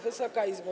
Wysoka Izbo!